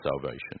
salvation